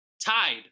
Tied